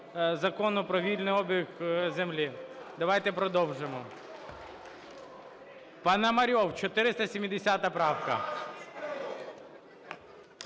Закону про вільний обіг землі. Давайте продовжимо. Пономарьов, 470 правка.